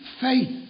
faith